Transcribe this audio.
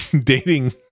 dating